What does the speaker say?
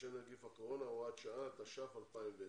בשל נגיף הקורונה) (הוראת שעה), התש"ף-2020.